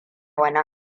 wani